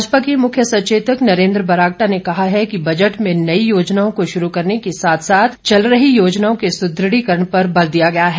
भाजपा के मुख्य सचेतक नरेन्द्र बरागटा ने कहा है कि बजट में नई योजनाओं को शुरू करने के साथ साथ चल रही योजनाओं के सुदृढ़ीकरण पर बल दिया गया है